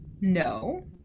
no